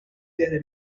desde